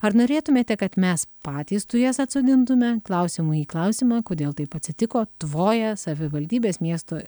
ar norėtumėte kad mes patys tujas atsodintume klausimu į klausimą kodėl taip atsitiko tvoja savivaldybės miesto